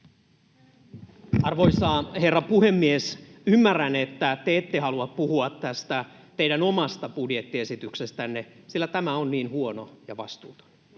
Arvoisa herra puhemies! Ymmärrän, että te ette halua puhua tästä teidän omasta budjettiesityksestänne, sillä tämä on niin huono ja vastuuton.